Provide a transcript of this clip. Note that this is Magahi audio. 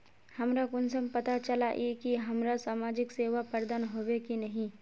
हमरा कुंसम पता चला इ की हमरा समाजिक सेवा प्रदान होबे की नहीं?